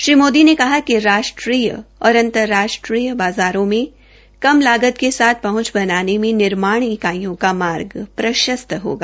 श्री मोदी ने कहा कि राष्ट्रीय और अंतर्राष्ट्रीय बाज़ारों में कम लागत के साथ पहंच बनाने मे निर्माण इकाइयों का मार्ग प्रशस्त होगा